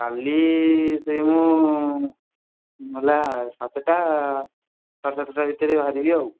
କାଲି ସେଇ ମୁଁ ହେଲା ସାତଟା ସାଢ଼େ ସାତଟା ଭିତରେ ବାହାରିବି ଆଉ